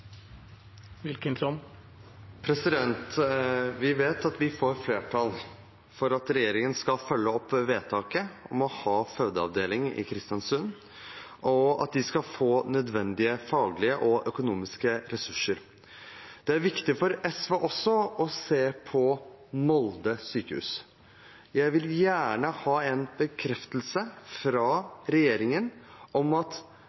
Vi vet at vi får flertall for at regjeringen skal følge opp vedtaket om å ha fødeavdeling i Kristiansund, og at de skal få nødvendige faglige og økonomiske ressurser. Det er viktig for SV også å se på Molde sykehus. Jeg vil gjerne ha en bekreftelse fra regjeringen – og jeg håper at regjeringen følger opp vedtaket – om at